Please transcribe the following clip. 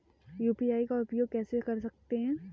UPI का उपयोग कैसे कर सकते हैं?